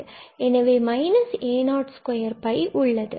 எனவே நம்மிடம் a022உள்ளது